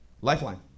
Lifeline